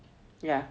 yeah